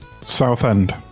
Southend